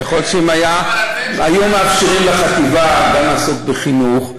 יכול להיות שאם היו מאפשרים לחטיבה גם לעסוק בחינוך,